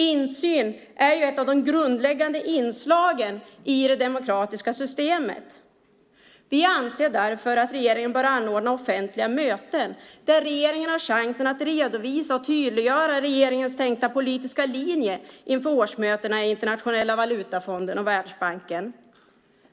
Insyn är ett av de grundläggande inslagen i det demokratiska systemet. Vi anser därför att regeringen bör anordna offentliga möten där man har chansen att redovisa och tydliggöra regeringens politiska linje inför årsmötena i Internationella valutafonden och Världsbanken.